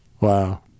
Wow